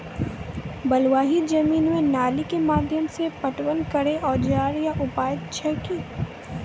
बलूआही जमीन मे नाली के माध्यम से पटवन करै औजार या उपाय की छै?